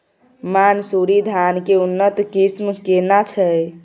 मानसुरी धान के उन्नत किस्म केना छै?